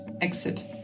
exit